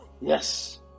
Yes